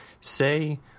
say